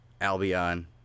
Albion